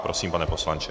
Prosím, pane poslanče.